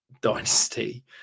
dynasty